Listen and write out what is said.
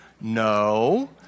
No